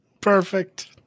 perfect